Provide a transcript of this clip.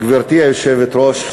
גברתי היושבת-ראש,